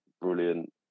brilliant